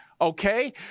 okay